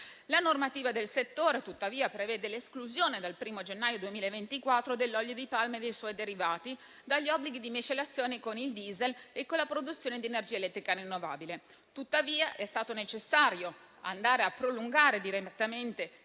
La normativa del settore, tuttavia, prevede l'esclusione dal primo gennaio 2024 dell'olio di palma e dei suoi derivati dagli obblighi di miscelazione con il *diesel* e con la produzione di energia elettrica rinnovabile. È stato quindi necessario prolungare direttamente